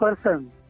person